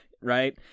right